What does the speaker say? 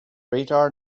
radar